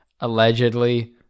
allegedly